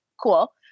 cool